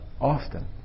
often